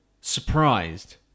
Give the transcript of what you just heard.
surprised